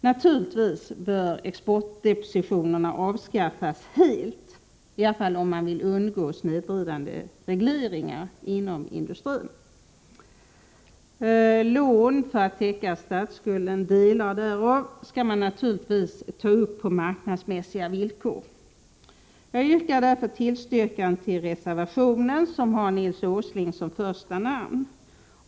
Naturligtvis bör exportdepositionerna avskaffas helt, åtminstone om man vill undgå snedvridande regleringar inom industrin. Lån för att täcka delar av statsskulden skall man naturligtvis ta upp på marknadsmässiga villkor. Jag vill därför tillstyrka reservationen, som har Nils Åsling som första namn.